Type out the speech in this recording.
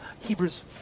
Hebrews